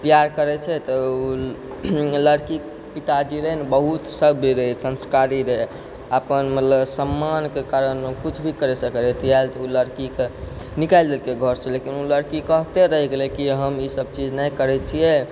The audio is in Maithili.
बियाह करै छै तऽ उ लड़कीके पिताजी रहै ने बहुत सभ्य रहै संस्कारी रहै अपन सम्मानके कारण उ कुछ भी करै सकै रहै इएह कारण उ लड़की कऽ निकालि देलकै घरसँ लेकिन उ लड़की कहते रही गेलै हम ई सभ चीज नहि करै छियै